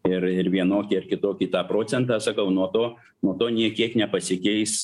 ir ir vienokį ar kitokį tą procentą sakau nuo to nuo to nė kiek nepasikeis